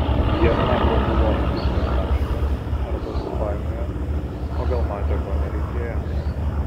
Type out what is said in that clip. jie arba buvo apsinarkašinę arba supainiojo o gal matė ko nereikėjo